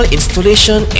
Installation